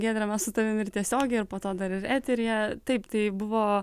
giedre mes su tavimi ir tiesiogiai ir po to dar ir eteryje taip tai buvo